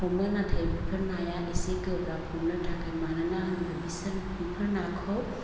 हमो नाथाय बेफोर नाया एसे गोब्राब हमनो थाखाय मानोना होनबा बिसोर बिफोरनि नाखौ